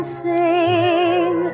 sing